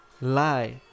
lie